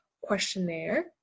questionnaire